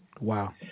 Wow